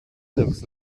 looks